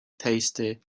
tasty